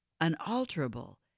unalterable